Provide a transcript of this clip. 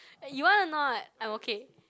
eh you want a not I'm okay